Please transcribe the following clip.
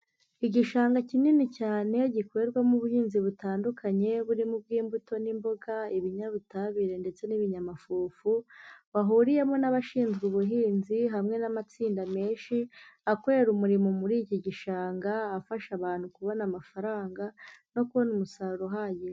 Igishanga kinini cyane gikorerwamo ubuhinzi butandukanye burimo ubw'imbuto n'imboga, ibinyabutabire, ndetse n'ibinyamafufu. Bahuriyemo n'abashinzwe ubuhinzi hamwe n'amatsinda menshi akorera umurimo muri iki gishanga afasha abantu kubona amafaranga no kubona umusaruro uhagije.